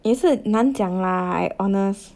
也是难讲 lah honest